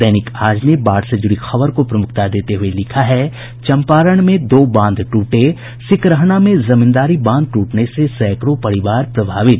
दैनिक आज ने बाढ़ से जुड़ी खबर को प्रमुखता देते हये लिखा है चम्पारण में दो बांध टूटे सिकरहना में जमींदारी बांध टूटने से सैकड़ों परिवार प्रभावित